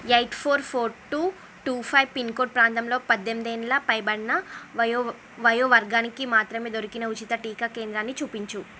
eight four four two two five pincode ప్రాంతంలో పద్దెనిమిదేండ్ల పైబడిన వయో వయో వర్గానికి మాత్రమే దొరికిన ఉచిత టీకా కేంద్రాన్నీ చూపించు